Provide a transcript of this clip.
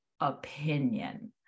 opinion